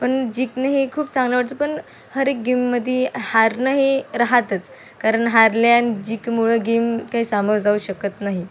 पण जिकणं हे खूप चांगलं वाटतं पण हर एक गेममध्ये हारणं हे राहातच कारण हारल्या आणि जिंकल्यामुळं गेम काही समोर जाऊ शकत नाही